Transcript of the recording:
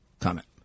comment